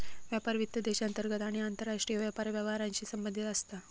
व्यापार वित्त देशांतर्गत आणि आंतरराष्ट्रीय व्यापार व्यवहारांशी संबंधित असता